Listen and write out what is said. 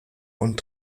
und